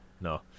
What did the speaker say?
no